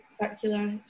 circular